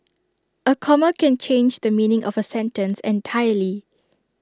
A comma can change the meaning of A sentence entirely